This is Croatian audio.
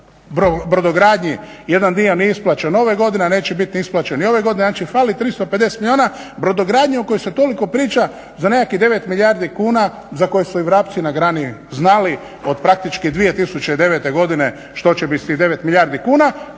brodogradnji, jedan dio ne isplaćen ove godine a neće biti ni isplaćen ni ove godine, fali 350 milijuna brodogradnje o kojoj se toliko priča za nekakvih 9 milijardi kuna za koje su i vrapci na grani znali od praktički 2009. godine što će biti s tih 9 milijardi kuna